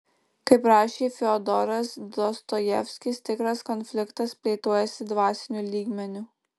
kaip rašė fiodoras dostojevskis tikras konfliktas plėtojasi dvasiniu lygmeniu